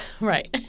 Right